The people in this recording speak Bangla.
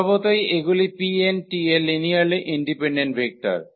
স্বভাবতই এগুলি 𝑃𝑛 এর লিনিয়ারলি ইন্ডিপেন্ডেন্ট ভেক্টর